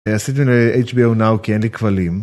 אני אעשה את זה ל-HBO NOW כי אין לי כבלים